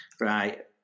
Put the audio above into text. Right